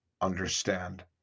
understand